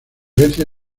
grecia